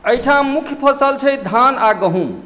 एहिठाम मुख्य फसल छै धान आ गहूँम